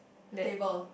table